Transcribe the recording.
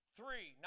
Three